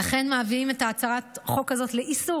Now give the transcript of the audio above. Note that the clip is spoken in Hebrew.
לכן מביאים את הצעת החוק הזאת לאיסור